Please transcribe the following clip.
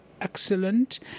excellent